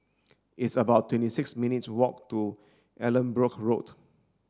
it's about twenty six minutes walk to Allanbrooke Road